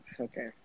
Okay